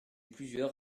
plusieurs